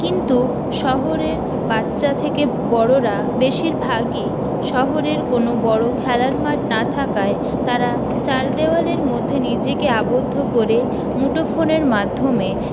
কিন্তু শহরের বাচ্চা থেকে বড়োরা বেশিরভাগই শহরের কোনো বড়ো খেলার মাঠ না থাকায় তারা চার দেওয়ালের মধ্যে নিজেকে আবদ্ধ করে মুঠো ফোনের মাধ্যমে